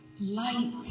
light